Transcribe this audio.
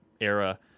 era